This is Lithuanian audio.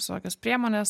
visokios priemonės